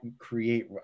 create